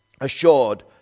assured